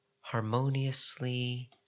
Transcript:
harmoniously